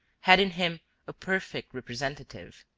had in him a perfect representative.